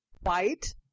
white